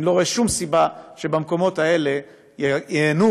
אני לא רואה שום סיבה שבמקומות האלה ייהנו